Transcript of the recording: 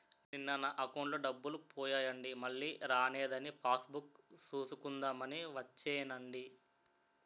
నిన్న నా అకౌంటులో డబ్బులు పోయాయండి మల్లీ రానేదని పాస్ బుక్ సూసుకుందాం అని వచ్చేనండి